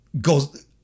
goes